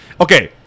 Okay